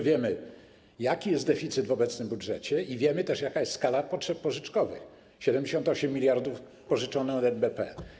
Wiemy, jaki jest deficyt w obecnym budżecie, i wiemy też, jaka jest skala potrzeb pożyczkowych, 78 mld pożyczone od NBP.